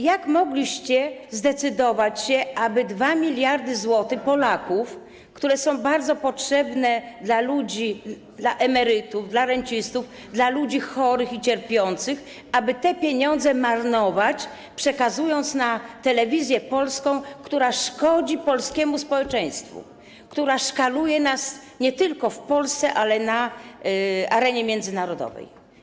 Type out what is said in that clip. Jak mogliście zdecydować się na to, aby 2 mld zł, pieniądze Polaków, które są bardzo potrzebne dla ludzi, dla emerytów, dla rencistów, dla ludzi chorych i cierpiących, marnować, przekazując na Telewizję Polską, która szkodzi polskiemu społeczeństwu, która szkaluje nas nie tylko w Polsce, ale także na arenie międzynarodowej?